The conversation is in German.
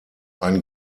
ein